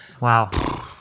Wow